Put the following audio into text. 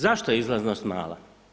Zašto je izlaznost mala?